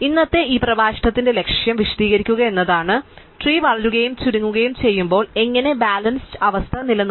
അതിനാൽ ഇന്നത്തെ ഈ പ്രഭാഷണത്തിന്റെ ലക്ഷ്യം വിശദീകരിക്കുക എന്നതാണ് ട്രീ വളരുകയും ചുരുങ്ങുകയും ചെയ്യുമ്പോൾ എങ്ങനെ ബാലൻസ്ഡ് അവസ്ഥ നിലനിർത്താം